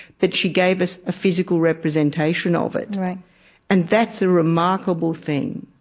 but she gave us a physical representation of it and that's a remarkable thing.